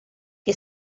che